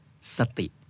sati